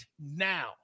now